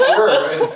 Sure